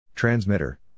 Transmitter